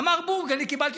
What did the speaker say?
אמר בורג: אני קיבלתי